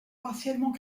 partiellement